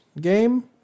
game